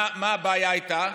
מה הבעיה הייתה?